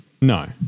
No